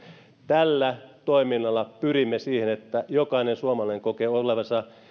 tällä toiminnalla pyrimme siihen että jokainen suomalainen kokee olevansa